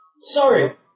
Sorry